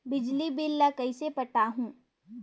बिजली बिल ल कइसे पटाहूं?